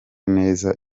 neza